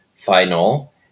final